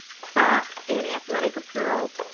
socks and athletic apparel,